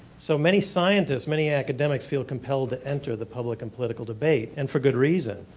so, many scientists, many academic feel compelled to enter the public and political debate and for good reason,